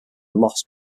lost